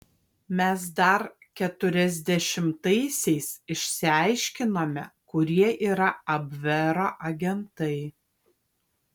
mes dar keturiasdešimtaisiais išsiaiškinome kurie yra abvero agentai